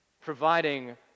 providing